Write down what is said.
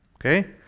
Okay